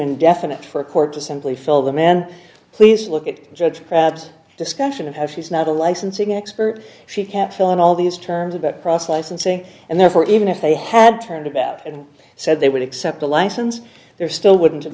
indefinite for a court to simply fill the man please look at judge crabs discussion of he's not a licensing expert she can't fill in all these terms about cross licensing and therefore even if they had turned about and said they would accept a license there still wouldn't have